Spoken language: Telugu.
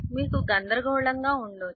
మీకు గందరగోళంగా ఉండవచ్చు